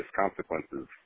consequences